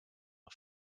hun